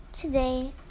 Today